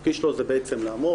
התפקיד שלו זה בעצם לעמוד,